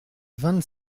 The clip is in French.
vingt